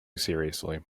seriously